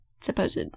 supposed